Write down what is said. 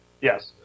Yes